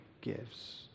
gives